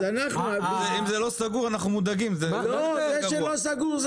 אם זה לא סגור אנחנו מודאגים.